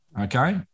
Okay